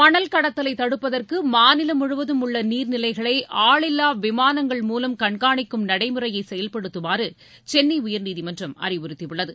மணல் கடத்தலை தடுப்பதற்கு மாநிலம் முழுவதும் உள்ள நீர்நிலைகளை ஆளில்லா விமானங்கள் மூலம் கண்காணிக்கும் நடைமுறையை செயல்படுத்துமாறு சென்னை உயர்நீதிமன்றம் அறிவுறுத்தி உள்ளது